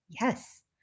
Yes